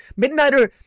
Midnighter